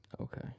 Okay